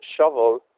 shovel